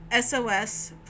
sos